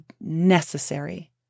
necessary